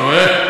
אתה רואה?